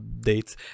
updates